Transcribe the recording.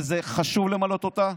וזה חשוב למלא אותה,